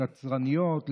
לקצרניות,